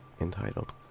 entitled